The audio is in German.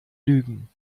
lügen